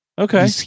Okay